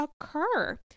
occur